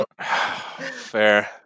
fair